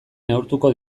neurtuko